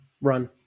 run